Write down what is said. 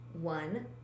one